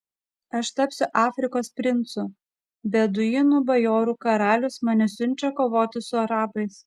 aš tapsiu afrikos princu beduinų bajoru karalius mane siunčia kovoti su arabais